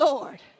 Lord